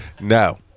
No